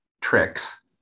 tricks